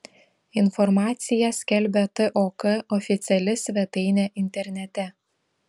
informaciją skelbia tok oficiali svetainė internete